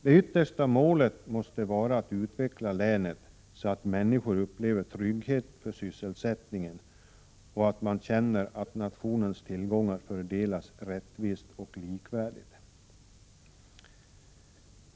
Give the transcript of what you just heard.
Det yttersta målet måste vara att utveckla länet, så att människor upplever trygghet för sysselsättningen och känner att nationens tillgångar fördelas rättvist och likvärdigt.